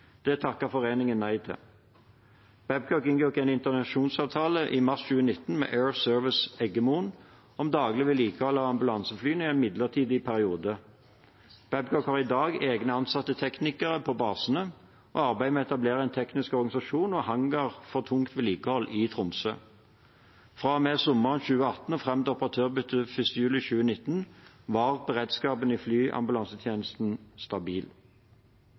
foreningen nei til. Babcock inngikk en intensjonsavtale i mars 2019 med Air Service Eggemoen om daglig vedlikehold av ambulanseflyene i en midlertidig periode. Babcock har i dag egne ansatte teknikere på basene og arbeider med å etablere en egen teknisk organisasjon og hangar for tungt vedlikehold i Tromsø. Fra og med sommeren 2018 og fram til operatørbyttet 1. juli 2019 var beredskapen i flyambulansetjenesten stabil.